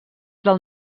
del